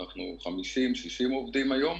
אנחנו 50-60 עובדים היום